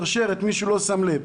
מישהו לא שם לב,